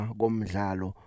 gomzalo